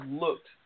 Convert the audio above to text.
looked